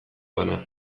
bana